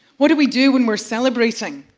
what do we do when we're celebrating?